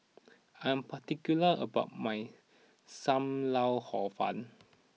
I am particular about my Sam Lau Hor Fun